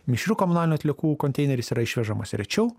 mišrių komunalinių atliekų konteineris yra išvežamas rečiau